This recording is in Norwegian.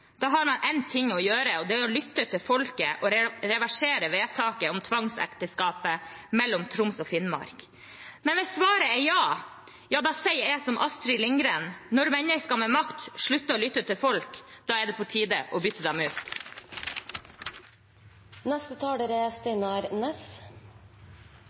da har man én ting å gjøre, og det er å lytte til folket og reversere vedtaket om tvangsekteskapet mellom Troms og Finnmark. Men hvis svaret er ja, da sier jeg som Astrid Lindgren: Når mennesker med makt slutter å lytte til folk, da er det på tid å bytte dem